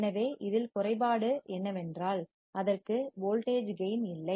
எனவே இதில் குறைபாடு என்னவென்றால் அதற்கு வோல்டேஜ் கேயின் இல்லை